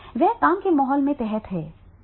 वह काम के माहौल के तहत है